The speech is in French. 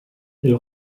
elles